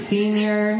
Senior